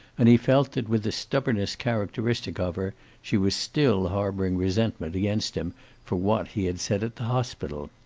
and he felt that with the stubbornness characteristic of her she was still harboring resentment against him for what he had said at the hospital.